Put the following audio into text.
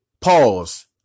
Pause